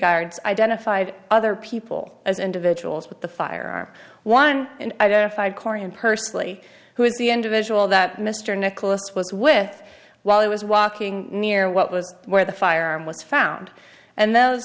guards identified other people as individuals with the firearm one and identified korean pursley who is the individual that mr nicholas was with while he was walking near what was where the firearm was found and those